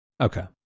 Okay